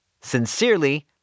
Sincerely